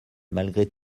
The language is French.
malgré